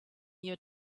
your